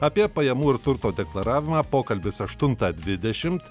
apie pajamų ir turto deklaravimą pokalbis aštuntą dvidešimt